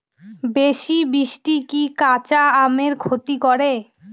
বেশি বৃষ্টি কি কাঁচা আমের ক্ষতি করে?